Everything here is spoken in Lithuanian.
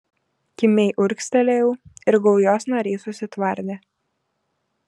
kimiai urgztelėjau ir gaujos nariai susitvardė